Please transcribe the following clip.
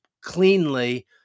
cleanly